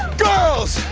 girls.